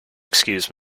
excuse